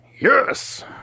Yes